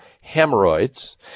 hemorrhoids